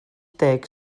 deg